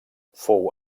fou